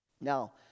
Now